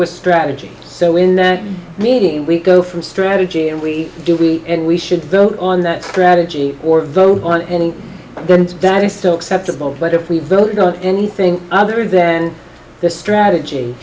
was strategy so in that meeting we go from strategy and we do we and we should vote on that strategy or vote on any event that is still acceptable but if we vote no on anything other than the strategy